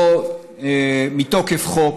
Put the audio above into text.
מתוקף חוק,